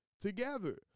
together